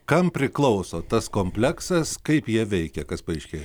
kam priklauso tas kompleksas kaip jie veikia kas paaiškėjo